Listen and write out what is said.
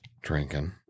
Drinking